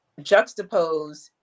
juxtapose